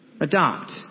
adopt